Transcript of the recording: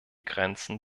grenzen